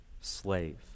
slave